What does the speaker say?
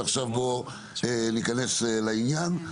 ועכשיו בואו ניכנס לעניין.